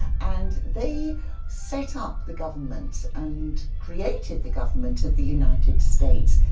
and they set up the government and created the government of the united states.